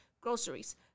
groceries